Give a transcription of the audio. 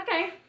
okay